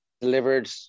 delivered